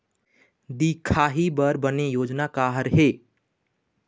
दिखाही बर बने योजना का हर हे?